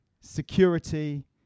security